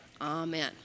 amen